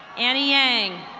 annie yang.